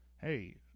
hey